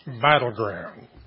battleground